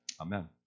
Amen